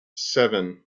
seven